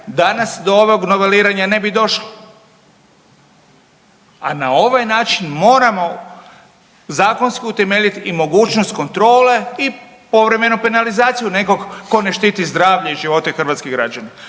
danas do ovog noveliranja na bi došlo, a na ovaj način moramo zakonski utemeljit i mogućnost kontrole i povremeno penalizaciju nekog ko ne štiti zdravlja i živote hrvatskih građana,